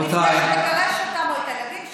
לפני שנגרש אותם או את הילדים שלהם,